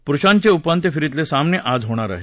पुरुषांचे उपांत्य फेरीतले सामने आज होणार आहेत